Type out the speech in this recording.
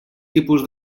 tipus